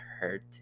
hurt